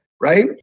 right